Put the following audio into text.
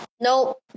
nope